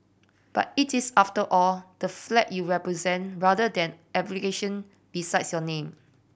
but it is after all the flag you represent rather than besides your name